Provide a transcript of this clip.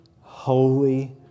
holy